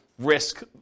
Risk